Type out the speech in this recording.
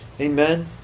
Amen